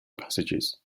passages